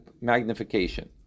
magnification